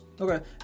Okay